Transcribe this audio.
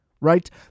Right